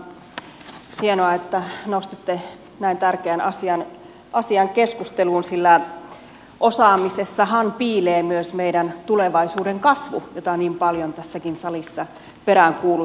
hienoa että nostitte näin tärkeän asian keskusteluun sillä osaamisessahan piilee myös meidän tulevaisuuden kasvu jota niin paljon tässäkin salissa peräänkuulutamme